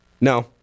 No